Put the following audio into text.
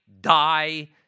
die